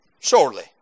surely